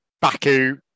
Baku